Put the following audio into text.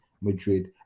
Madrid